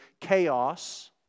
chaos